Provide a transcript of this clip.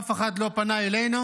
אף אחד לא פנה אלינו,